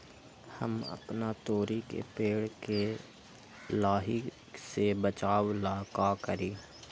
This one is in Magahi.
हम अपना तोरी के पेड़ के लाही से बचाव ला का करी?